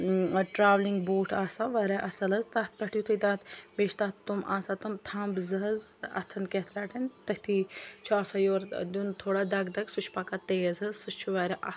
travelling بوٗٹھ آسان واریاہ اَصٕل حظ تَتھ پٮ۪ٹھ یُِتھُے تَتھ بیٚیہِ چھِ تَتھ تم آسان تم تھمب زٕ حظ اَتھَن کٮ۪تھ رَٹن تٔتھی چھُ آسان یورٕ دیُن تھوڑا دَگ دَگ سُہ چھُ پَکان تیز حظ سُہ چھُ واریاہ اَکھ